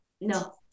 no